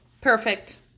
Perfect